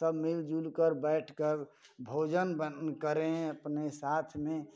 सब मिल जुलकर बैठ कर भोजन बन करें अपने साथ में